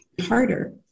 harder